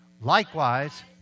Likewise